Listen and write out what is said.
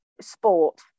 sport